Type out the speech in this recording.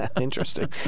Interesting